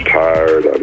tired